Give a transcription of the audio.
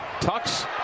Tucks